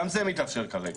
גם זה מתאפשר כרגע,